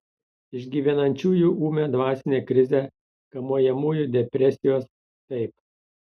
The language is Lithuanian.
išgyvenančiųjų ūmią dvasinę krizę kamuojamųjų depresijos taip